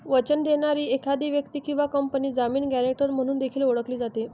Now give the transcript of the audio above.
वचन देणारी एखादी व्यक्ती किंवा कंपनी जामीन, गॅरेंटर म्हणून देखील ओळखली जाते